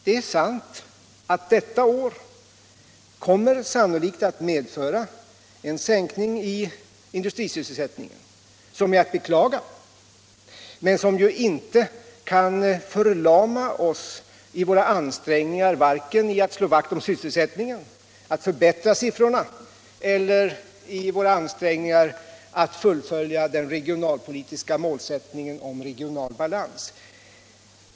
Det är sant att detta år kommer sannolikt att medföra en minskning av industrisysselsättningen, som är att beklaga men som ju inte kan förlama oss i våra ansträngningar vare sig ätt slå vakt om sysselsättningen och förbättra siffrorna för den eller att fullfölja den regionalpolitiska målsättningen om regional balans.